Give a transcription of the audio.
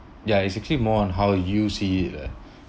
ya it's actually more on how you see it ah